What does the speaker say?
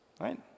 Right